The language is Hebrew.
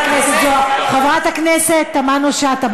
חברת הכנסת תמנו-שטה,